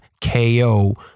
KO